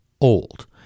old